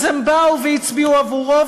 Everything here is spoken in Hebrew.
אז הם באו והצביעו עבורו.